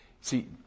See